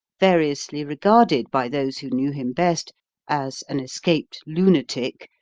variously regarded by those who knew him best as an escaped lunatic,